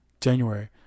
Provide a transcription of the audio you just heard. January